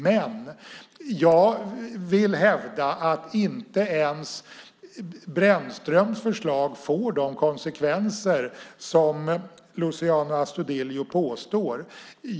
Men jag vill hävda att inte ens Brännströms förslag får de konsekvenser som Luciano Astudillo påstår.